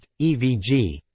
EVG